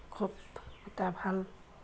খুব এটা ভাল